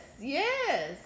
yes